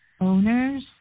owners